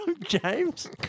James